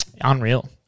Unreal